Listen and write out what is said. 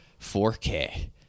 4K